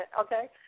okay